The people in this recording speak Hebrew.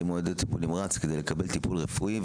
או ניידת טיפול נמרץ כדי לקבל טיפול רפואי,